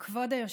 נכבדה,